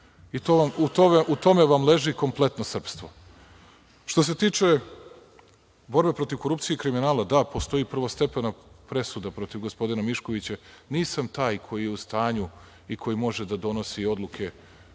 U tome vam leži kompletno srpstvo. Što se tiče borbe protiv korupcije i kriminala, da, postoji prvostepena presuda protiv gospodina Miškovića. Nisam taj koji je u stanju i koji može da donosi odluke